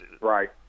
Right